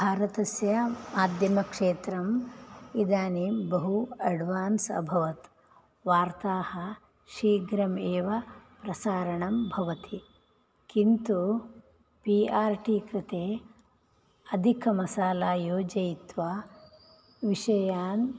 भारतस्य माध्यमक्षेत्रम् इदानीं बहु अड्वान्स् अभवत् वार्ताः शीघ्रमेव प्रसारणं भवति किन्तु पि आर् टि कृते अधिकमसाला योजयित्वा विषयान्